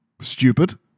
stupid